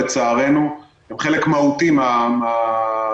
לצערנו הם חלק מהותי מהעניין.